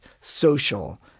social